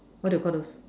what do you Call those